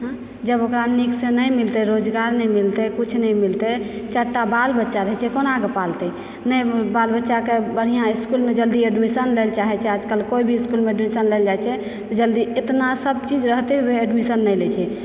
हँ जब ओकरा निकसँ नहि मिलते रोजगार नहि मिलते कुछ नहि मिलते चारिटा बालबच्चा रहैत छै कोनाके पालते नहि बालबच्चाके बढिआँ स्कूलमे जल्दी एडमिशन लयलऽ चाहैत छै आजकल कोइ भी स्कूलमे एडमिशन लयलऽ जाइत छियै तऽ जल्दी इतनासभ चीज रहते हुए एडमिशन नहि लैत छै